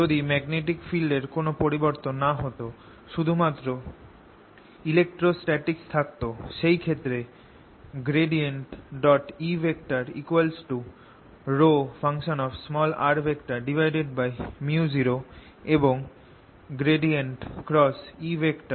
যদি magnetic field এর কোন পরিবর্তন না হত শুধু মাত্র ইলেক্ট্রোস্ট্যাটিক্স থাকত শেই ক্ষেত্রে E ρ0 এবং 0 হত